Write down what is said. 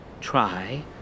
try